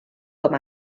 com